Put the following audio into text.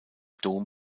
dom